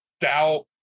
doubt